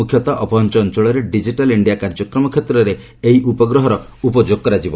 ମୁଖ୍ୟତଃ ଅପହଞ୍ଚ ଅଞ୍ଚଳରେ ଡିଜିଟାଲ ଇଣ୍ଡିଆ କାର୍ଯ୍ୟକ୍ରମ କ୍ଷେତ୍ରରେ ଏହି ଉପଗ୍ରହର ଉପଯୋଗ କରାଯିବ